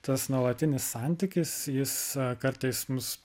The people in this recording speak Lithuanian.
tas nuolatinis santykis jis kartais mus